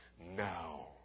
now